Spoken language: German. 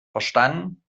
verstanden